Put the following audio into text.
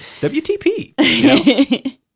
WTP